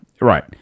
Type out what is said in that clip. Right